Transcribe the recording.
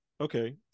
Okay